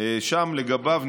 כבוד השר,